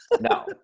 No